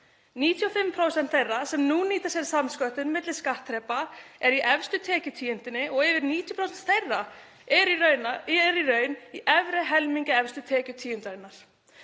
95% þeirra sem nú nýta sér samsköttun milli skattþrepa eru í efstu tekjutíundinni og yfir 90% þeirra eru raunar í efri helmingi efstu tekjutíundarinnar.